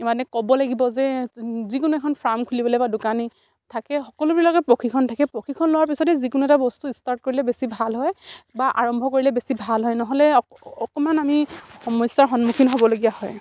ই মানে ক'ব লাগিব যে যিকোনো এখন ফাৰ্ম খুলিবলে বা দোকানী থাকে সকলোবিলাকে প্ৰশিক্ষণ থাকে প্ৰশিক্ষণ লোৱাৰ পিছতে যিকোনো এটা বস্তু ষ্টাৰ্ট কৰিলে বেছি ভাল হয় বা আৰম্ভ কৰিলে বেছি ভাল হয় নহ'লে অকমান আমি সমস্যাৰ সন্মুখীন হ'বলগীয়া হয়